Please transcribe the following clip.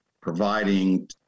providing